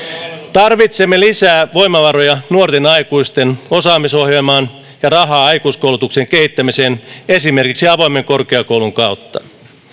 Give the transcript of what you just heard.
tarvitsemme lisää voimavaroja nuorten aikuisten osaamisohjelmaan ja rahaa aikuiskoulutuksen kehittämiseen esimerkiksi avoimen korkeakoulun kautta